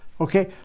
Okay